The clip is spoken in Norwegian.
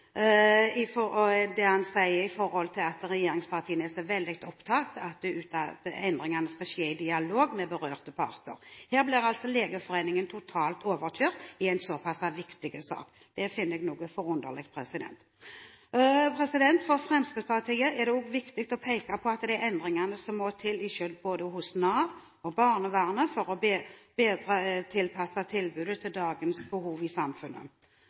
sier, at regjeringspartiene er så veldig opptatt av at endringene skal skje i dialog med berørte parter. Her blir altså Legeforeningen totalt overkjørt i en såpass viktig sak. Det finner jeg noe forunderlig. For Fremskrittspartiet er det også viktig å peke på de endringene som må til både hos Nav og barnevernet for bedre å tilpasse tilbudet til dagens behov i samfunnet.